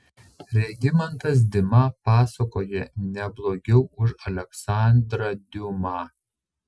regimantas dima pasakoja ne blogiau už aleksandrą diuma